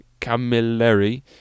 Camilleri